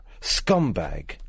scumbag